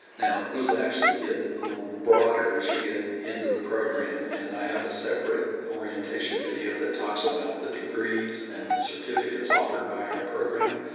now, those actually get a little broader as you get into the program. and i have a separate orientation video that talks about the degrees and the certificates offered by our program,